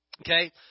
Okay